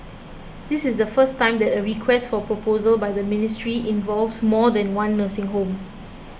this is the first time that a Request for Proposal by the ministry involves more than one nursing home